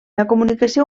comunicació